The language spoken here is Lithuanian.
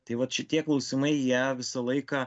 tai vat šitie klausimai jie visą laiką